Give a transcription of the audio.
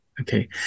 Okay